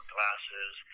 Glasses